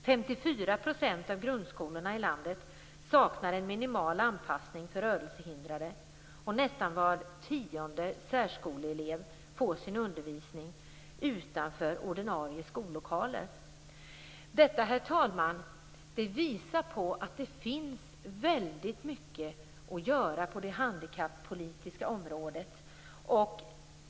54 % av grundskolorna i landet saknar en minimal anpassning för rörelsehindrade. Nästan var tionde särskoleelev får sin undervisning utanför ordinarie skollokaler. Detta, herr talman, visar på att det finns väldigt mycket att göra på det handikappolitiska området.